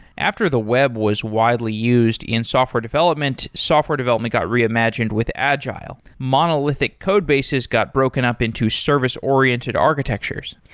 after the web was widely used in software development, software development got reimagined with agile. monolithic codebases got broken up into service-oriented architectures.